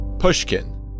pushkin